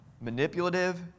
manipulative